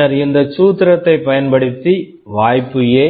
பின்னர் இந்த சூத்திரத்தைப் பயன்படுத்தி வாய்ப்பு A